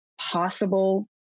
possible